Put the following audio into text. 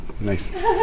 nice